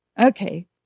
okay